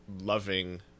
loving